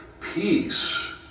peace